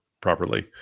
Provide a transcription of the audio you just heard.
properly